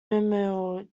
windmill